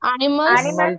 Animals